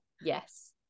Yes